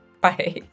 bye